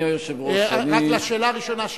לשאלה הראשונה,